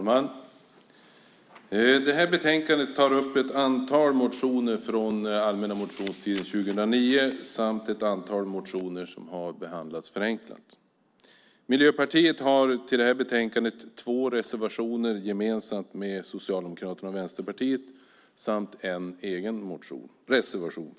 Fru talman! Det här betänkandet tar upp ett antal motioner från allmänna motionstiden 2009 samt ett antal motioner som har behandlats förenklat. Miljöpartiet har i betänkandet två reservationer gemensamt med Socialdemokraterna och Vänsterpartiet samt en egen reservation.